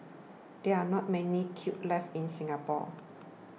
there are not many kilns left in Singapore